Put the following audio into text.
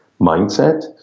mindset